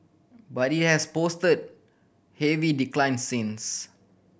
but it has posted heavy declines since